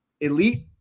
elite